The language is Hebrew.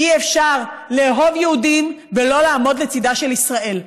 אי-אפשר לאהוב יהודים ולא לעמוד לצידה של ישראל.